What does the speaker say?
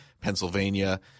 Pennsylvania